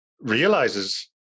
realizes